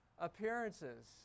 appearances